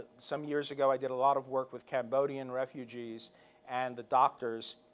some years ago, i did a lot of work with cambodian refugees and the doctors,